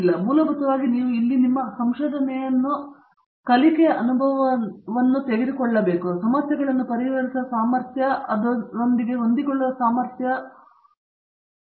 ಆದ್ದರಿಂದ ಮೂಲಭೂತವಾಗಿ ನೀವು ಇಲ್ಲಿ ನಿಮ್ಮ ಸಂಶೋಧನೆಯನ್ನು ಕಲಿಕೆಯ ಅನುಭವವಾಗಿ ತೆಗೆದುಕೊಳ್ಳಬೇಕು ಸಮಸ್ಯೆಗಳನ್ನು ಪರಿಹರಿಸುವ ಸಾಮರ್ಥ್ಯ ಮತ್ತು ಅದರೊಂದಿಗೆ ಅವರು ಹೊಂದಿಕೊಳ್ಳುವ ಸಾಮರ್ಥ್ಯವಿದೆ